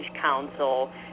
Council